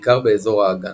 בעיקר באזור האגן.